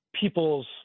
people's